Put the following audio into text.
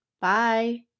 Bye